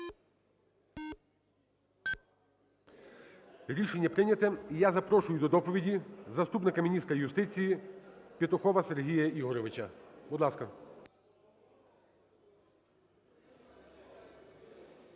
Рішення прийнято. І я запрошую до доповіді заступника міністра юстиції Петухова Сергія Ігоровича. Будь ласка.